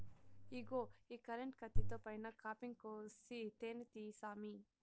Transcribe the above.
ఇగో ఈ కరెంటు కత్తితో పైన కాపింగ్ కోసి తేనే తీయి సామీ